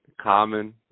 common